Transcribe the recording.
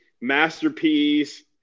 Masterpiece